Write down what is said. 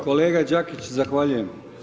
Kolega Đakić, zahvaljujem.